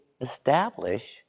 establish